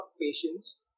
patience